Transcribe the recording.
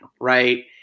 right